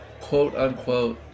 quote-unquote